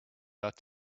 ought